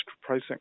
pricing